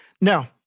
Now